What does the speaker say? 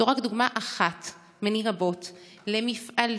זו רק דוגמה אחת מני רבות למפעלים